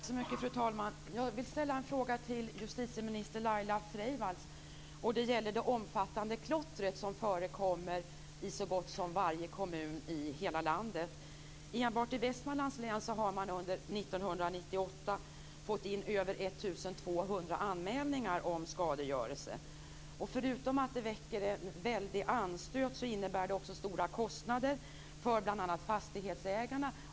Fru talman! Jag vill ställa en fråga till justitieminister Laila Freivalds. Den gäller det omfattande klotter som förekommer i så gott som varje kommun i hela landet. Enbart i Västmanlands län har man under 1998 fått in över 1 200 anmälningar om skadegörelse. Förutom att det väcker anstöt innebär det stora kostnader för bl.a. fastighetsägarna.